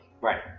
Right